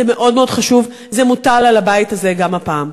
זה מאוד מאוד חשוב, זה מוטל על הבית הזה גם הפעם.